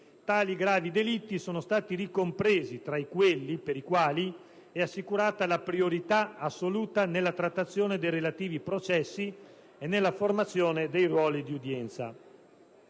tali gravi delitti sono stati ricompresi tra quelli per i quali è assicurata la «priorità assoluta» nella trattazione dei relativi processi e nella formazione dei ruoli di udienza.